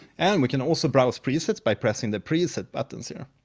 and we can also browse presets by pressing the preset buttons here.